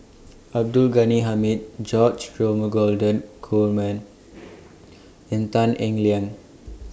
Abdul Ghani Hamid George Dromgold Coleman and Tan Eng Liang